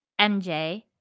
MJ